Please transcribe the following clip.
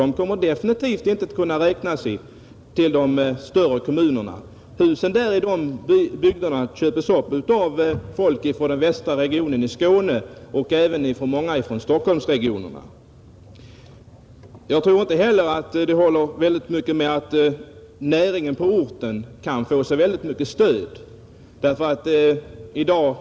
De kommer definitivt inte att kunna räknas till de större kommunerna, Och husen i de bygderna köps upp av folk från den västra regionen i Skåne, Många köpare kommer också från Stockholmsregionen. Jag tror inte heller att det håller att näringarna på orten får så mycket stöd.